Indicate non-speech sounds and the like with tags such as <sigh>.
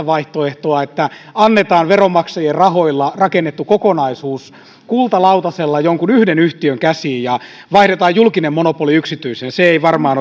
<unintelligible> vaihtoehtoa että annetaan veronmaksajien rahoilla rakennettu kokonaisuus kultalautasella jonkun yhden yhtiön käsiin ja vaihdetaan julkinen monopoli yksityiseen se ei varmaan <unintelligible>